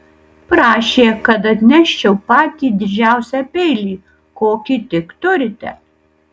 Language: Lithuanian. prašė kad atneščiau patį didžiausią peilį kokį tik turite